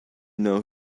know